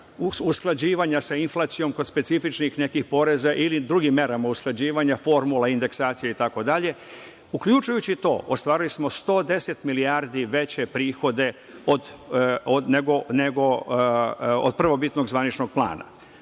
usklađivanja sa inflacijom kod nekih specifičnih poreza ili drugim merama usklađivanja, formula, indeksacija itd. Uključujući to, ostvarili smo 110 milijardi veće prihode od prvobitnog zvaničnog plana.